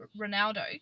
Ronaldo